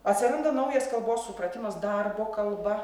atsiranda naujas kalbos supratimas darbo kalba